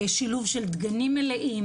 שילוב של דגנים מלאי,